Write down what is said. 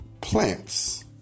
plants